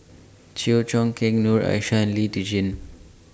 Chew Choo Keng Noor Aishah Lee Tjin